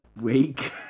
week